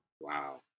Wow